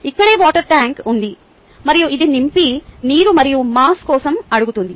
ఇక్కడే water tank ఉంది మరియు ఇది నింపే నీరు మరియు మాస్ కోసం అడుగుతుంది